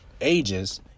ages